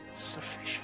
sufficient